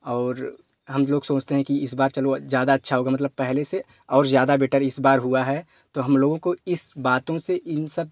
और हम लोग सोचते हैं कि इस बार चलो ज़्यादा अच्छा होगा मतलब पहले से और ज़्यादा बैटर इस बार हुआ है तो हम लोगों को इस बातों से इन सब